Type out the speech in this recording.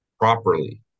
properly